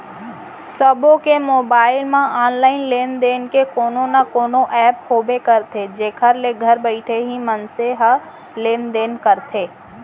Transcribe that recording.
सबो के मोबाइल म ऑनलाइन लेन देन के कोनो न कोनो ऐप होबे करथे जेखर ले घर बइठे ही मनसे ह लेन देन करथे